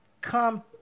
come